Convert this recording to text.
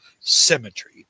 symmetry